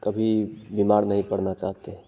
कभी बीमार नहीं पड़ना चाहते हैं